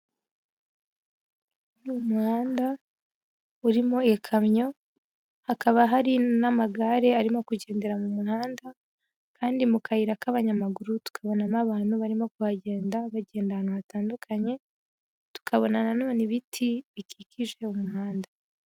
Ni umuhanda urimo ikamyo, hakaba hari n'amagare arimo kugendera mu muhanda kandi mu kayira k'abanyamaguru tukabonamo abantu barimo kuhagenda bagenda ahantu hatandukanye, tukabona na none ibiti bikikije uwo muhanda.